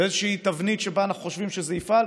ואיזושהי תבנית שבה אנחנו חושבים שזה יפעל,